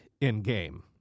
in-game